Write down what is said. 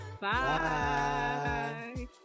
Bye